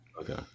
Okay